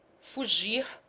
fugir,